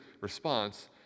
response